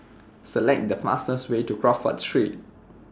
Select The fastest Way to Crawford Street